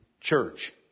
Church